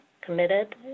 committed